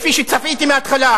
כפי שהסברתי לתלמידי כיתה י',